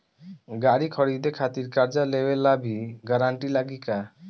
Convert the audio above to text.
गाड़ी खरीदे खातिर कर्जा लेवे ला भी गारंटी लागी का?